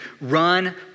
run